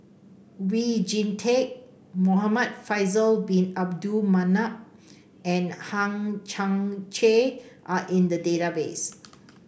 Oon Jin Teik Muhamad Faisal Bin Abdul Manap and Hang Chang Chieh are in the database